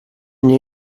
nie